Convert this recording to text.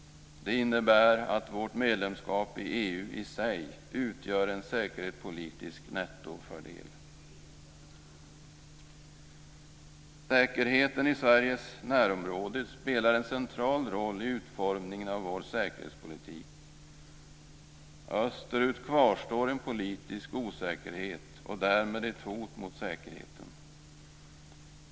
Det innebär att vårt medlemskap i EU i sig utgör en säkerhetspolitisk nettofördel. Säkerheten i Sveriges närområde spelar en central roll i utformningen av vår säkerhetspolitik. Österut kvarstår en politisk osäkerhet och därmed ett hot mot säkerheten.